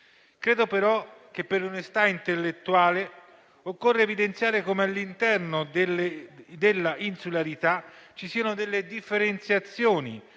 Credo, però, che per onestà intellettuale occorre evidenziare come all'interno dell'insularità ci siano delle differenziazioni